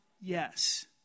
yes